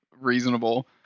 reasonable